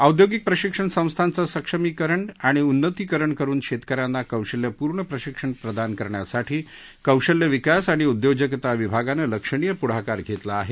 औद्योगिक प्रशिक्षण संस्थांचं सक्षमीकरण आणि उन्नतीकरण करून शेतकऱ्यांना कौशल्यपूर्ण प्रशिक्षण प्रदान करण्यासाठी कौशल्य विकास आणि उदयोजकता विभागानं लक्षणीय पुढाकार घेतला आहे